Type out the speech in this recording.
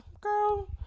girl